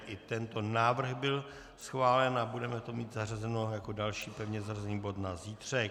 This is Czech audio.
I tento návrh byl schválen a budeme to mít zařazeno jako další pevně zařazený bod na zítřek.